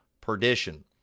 perdition